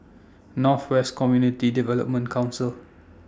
North West Community Development Council